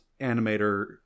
animator